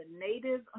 Native